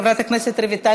חברת הכנסת רויטל